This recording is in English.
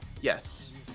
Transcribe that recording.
yes